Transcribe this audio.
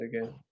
again